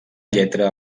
lletra